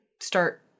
start